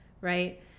right